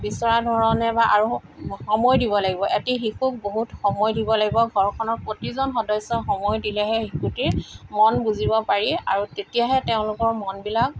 বিচৰা ধৰণে বা আৰু সময় দিব লাগিব এটি শিশুক বহুত সময় দিব লাগিব ঘৰখনৰ প্ৰতিজন সদস্যই সময় দিলেহে শিশুটিৰ মন বুজিব পাৰি আৰু তেতিয়াহে তেওঁলোকৰ মনবিলাক